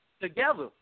Together